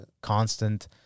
constant